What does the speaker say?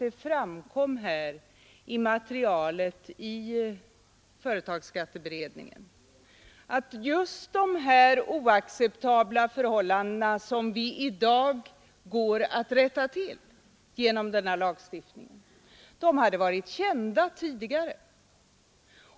Det framkom av materialet i företagsskatteberedningen att just de oacceptabla förhållanden som vi i dag, genom denna lagstiftning, går att rätta till hade varit kända tidigare.